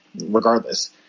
regardless